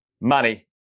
money